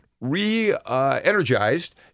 re-energized